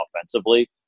offensively